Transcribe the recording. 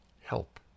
help